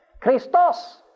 Christos